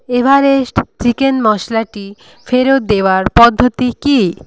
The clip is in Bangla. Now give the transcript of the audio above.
এভারেস্ট চিকেন মশলাটি ফেরত দেওয়ার পদ্ধতি কী